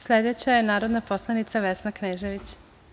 Sledeća je narodna poslanica Vesna Knežević.